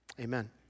amen